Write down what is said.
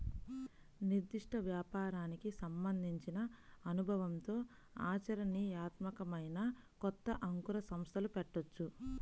నిర్దిష్ట వ్యాపారానికి సంబంధించిన అనుభవంతో ఆచరణీయాత్మకమైన కొత్త అంకుర సంస్థలు పెట్టొచ్చు